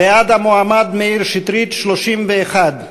בעד המועמד מאיר שטרית, 31,